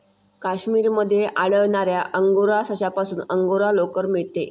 काश्मीर मध्ये आढळणाऱ्या अंगोरा सशापासून अंगोरा लोकर मिळते